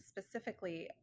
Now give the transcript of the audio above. specifically